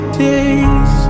days